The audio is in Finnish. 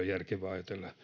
järkevää